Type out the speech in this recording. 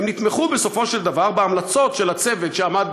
סוף-סוף קץ למאבק